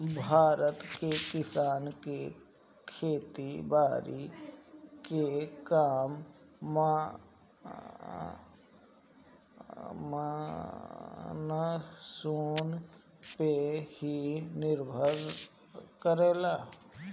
भारत के किसान के खेती बारी के काम मानसून पे ही निर्भर करेला